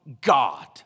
God